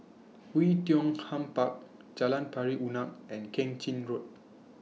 Oei Tiong Ham Park Jalan Pari Unak and Keng Chin Road